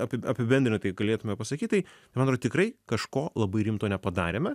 api apibendrintai galėtume pasakyt tai man atrodo tikrai kažko labai rimto nepadarėme